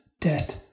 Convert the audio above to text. debt